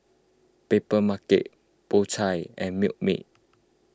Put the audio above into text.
Papermarket Po Chai and Milkmaid